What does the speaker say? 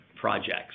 projects